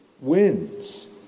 wins